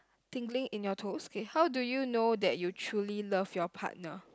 tingling in your toes okay how do you know that you truly know your partner